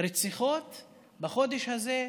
רציחות בחודש הזה,